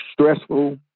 stressful